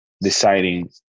deciding